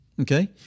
Okay